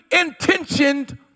intentioned